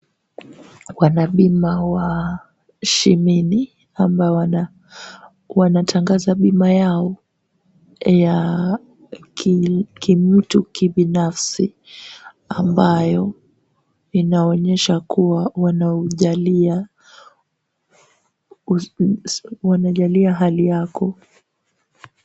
Wanabima wa shemedi ambao wanatangaza bima yao ya kimtu kibinafsi ambayo inaonyesha kuwa wanajalia hali yako.